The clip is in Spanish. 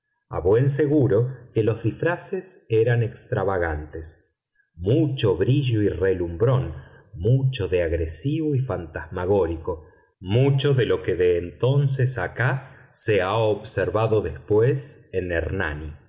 a buen seguro que los disfraces eran extravagantes mucho brillo y relumbrón mucho de agresivo y fantasmagórico mucho de lo que de entonces acá se ha observado después en ernani